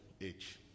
Age